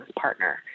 partner